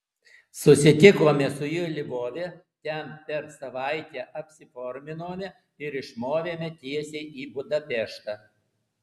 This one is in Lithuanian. susitikome su juo lvove ten per savaitę apsiforminome ir išmovėme tiesiai į budapeštą